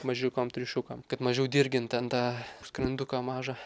mažiukam triušiukam kad mažiau dirgint ten tą skranduką mažą